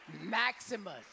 Maximus